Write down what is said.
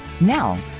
Now